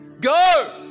go